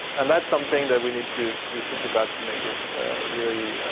and that's something that we need to to think about to make it really